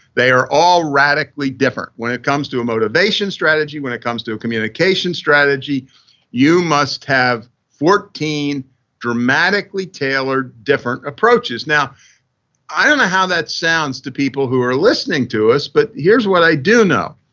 they are all radically different. when it comes to a motivation strategy, when it comes to a communication strategy you must have fourteen dramatically tailored different approaches now i don't how that sounds to people who are listening to us, but here's what i do know.